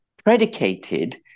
predicated